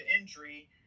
injury